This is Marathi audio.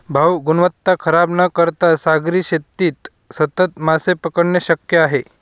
भाऊ, गुणवत्ता खराब न करता सागरी शेतीत सतत मासे पकडणे शक्य आहे